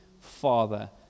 Father